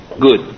good